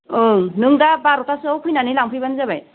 ओं नों दा बार'तासोआव फैनानै लांफैबानो जाबाय